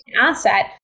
asset